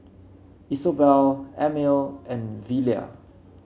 Isobel Emil and Velia